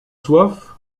soif